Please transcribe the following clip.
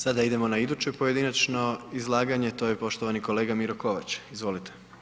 Sada idemo na iduće pojedinačno izlaganje, to je poštovani kolega Miro Kovač, izvolite.